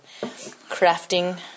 crafting